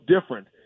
different